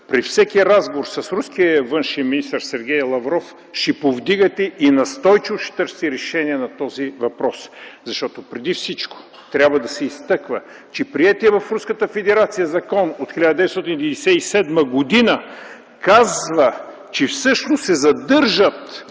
при всеки разговор с руския външен министър Сергей Лавров ще повдигате и настойчиво ще търсите решение на този въпрос. Защото преди всичко трябва да се изтъква, че приетият в Руската федерация закон от 1997 г. казва, че всъщност се задържат